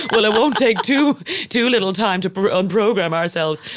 well, it won't take too too little time to un-program ourselves.